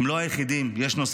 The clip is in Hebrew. הם לא היחידים, יש נוספים.